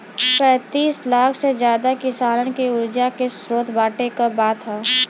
पैंतीस लाख से जादा किसानन के उर्जा के स्रोत बाँटे क बात ह